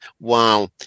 wow